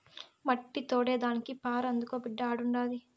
మట్టి తోడేదానికి పార అందుకో బిడ్డా ఆడుండాది